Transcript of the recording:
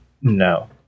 no